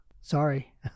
Sorry